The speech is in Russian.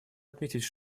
отметить